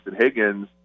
Higgins